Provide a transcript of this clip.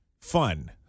fun